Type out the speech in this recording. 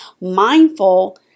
mindful